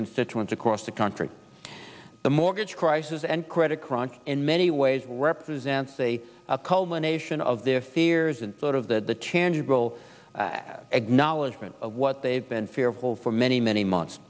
constituents across the country the mortgage crisis and credit crunch in many ways represents a culmination of their fears and sort of the chandra grow knowledge from what they've been fearful for many many months